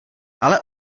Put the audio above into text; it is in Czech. ale